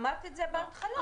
אמרת את זה בהתחלה.